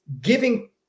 giving